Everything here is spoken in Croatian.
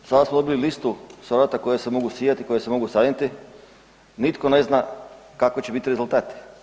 Sada smo dobili listu salata koje se mogu sijati, koje se mogu saditi, nitko ne zna kakvi će biti rezultati.